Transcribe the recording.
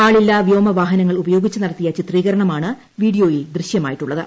ആളില്ലാ വ്യോമവാഹനങ്ങൾ ഉപയോഗിച്ച് നടത്തിയ ചിത്രീകരണമാണ് വീഡിയോയിൽ ദൃശ്യമായിട്ടുള്ളത്